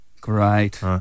Great